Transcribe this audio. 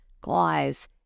Guys